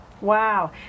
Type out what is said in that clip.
Wow